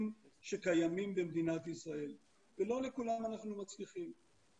שקיימים במדינת ישראל ולא לכולם אנחנו מצליחים.